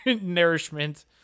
nourishment